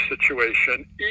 situation